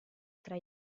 tra